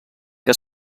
que